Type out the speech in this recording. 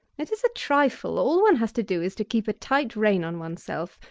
it is a trifle all one has to do is to keep a tight rein on oneself,